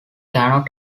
cannot